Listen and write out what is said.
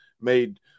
made –